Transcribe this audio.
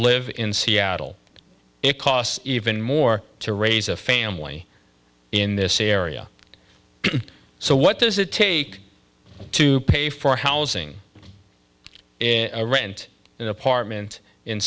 live in seattle it costs even more to raise a family in this area so what does it take to pay for housing in rent an apartment in